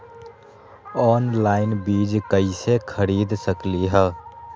Online बीज कईसे खरीद सकली ह?